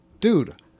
dude